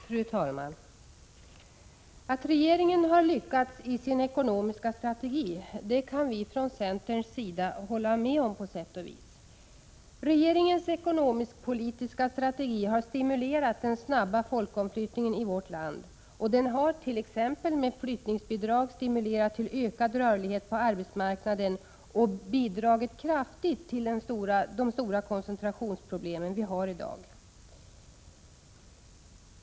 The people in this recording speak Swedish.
Fru talman! Att regeringen har lyckats i sin ekonomiska strategi, det kan vi från centerns sida på sätt och vis hålla med om. Regeringens ekonomiskpolitiska strategi har stimulerat den snabba folkomflyttningen i vårt land. Den har t.ex. med flyttningsbidragen uppmuntrat till ökad rörlighet på arbetsmarknaden och därmed kraftigt bidragit till de stora koncentrationsproblem vi har i dag.